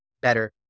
better